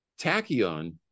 tachyon